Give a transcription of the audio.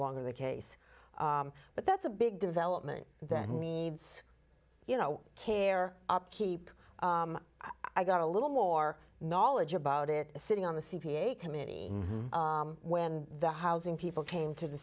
longer the case but that's a big development that needs you know care upkeep i got a little more knowledge about it sitting on the c p a committee when the housing people came to the